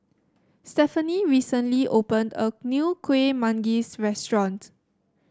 Stephanie recently opened a new Kuih Manggis restaurant